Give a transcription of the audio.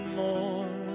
more